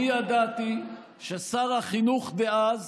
אני ידעתי ששר החינוך דאז